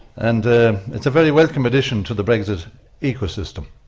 and it's a very welcome addition to the brexit ecosystem.